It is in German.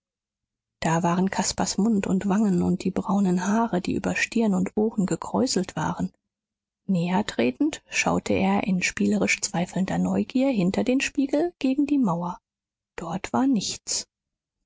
da waren caspars mund und wangen und die braunen haare die über stirn und ohren gekräuselt waren nähertretend schaute er in spielerisch zweifelnder neugier hinter den spiegel gegen die mauer dort war nichts